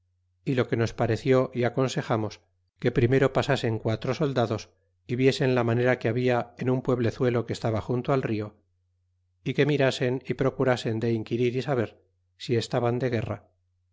y lo que nos pareció y aconsejamos que primero pasasen quatro soldados y viesen la manera que habia en un pueblezuelo que estaba junto al rio y que mirasen y procurasen de inquirir y saber si estaban de guerra